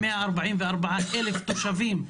144,000 תושבים,